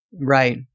Right